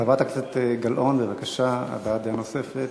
חברת הכנסת גלאון, בבקשה, הבעת דעה נוספת.